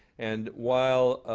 and while